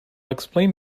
explain